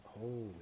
Holy